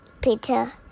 Peter